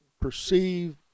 perceive